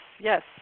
yes